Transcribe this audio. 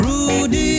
Rudy